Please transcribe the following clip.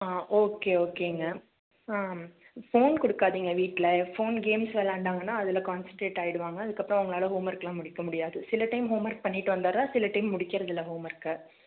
ஆ okay ஓகேங்க ஆ ம் ஃபோன் கொடுக்காதிங்க வீட்டில ஃபோன் கேம்ஸ் விளாயாண்டாங்கன்னா அதில் கான்செண்ட்ரேட் ஆகிடுவாங்க அதுக்கு அப்புறம் ஹோம் ஒர்க்லாம் முடிக்க முடியாது சில டைம் ஹோம் ஒர்க் பண்ணிட்டு வந்துடுறா சில டைம் முடிகிறதில்ல ஹோம் ஒர்க்கை